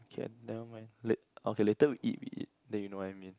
okay never mind la~ okay later we eat we eat then you know what I mean